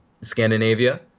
Scandinavia